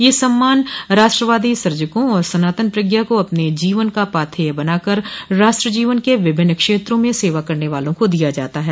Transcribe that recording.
यह सम्मान राष्ट्रवादी सजकों और सनातन प्रज्ञा को अपने जीवन का पाथेय बना कर राष्ट्र जीवन के विभिन्न क्षेत्रों में सेवा करने वालों को दिया जाता है